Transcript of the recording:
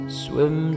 swim